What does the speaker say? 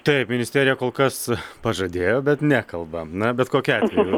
taip ministerija kol kas pažadėjo bet nekalba na bet kokiu atveju